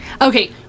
okay